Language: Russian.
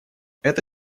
это